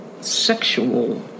sexual